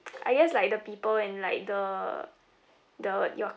I guess like the people and like the the